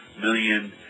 million